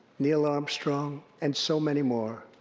neil armstrong, and so many more.